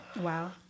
Wow